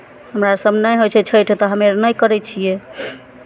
हमरा सभके नहि होइ छै छठि तऽ हमे अर नहि करै छियै